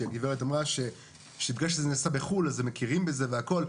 כשהגברת אמרה שבגלל שזה נעשה בחו"ל מכירים בזה והכול.